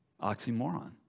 oxymoron